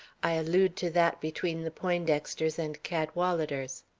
i allude to that between the poindexters and cadwaladers.